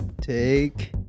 take